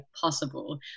possible